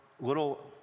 little